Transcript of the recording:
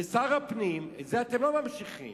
ושר הפנים, את זה אתם לא ממשיכים,